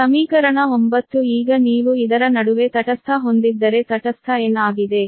ಸಮೀಕರಣ 9 ಈಗ ನೀವು ಇದರ ನಡುವೆ ತಟಸ್ಥ ಹೊಂದಿದ್ದರೆ ತಟಸ್ಥ n ಆಗಿದೆ